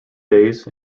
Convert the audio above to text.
days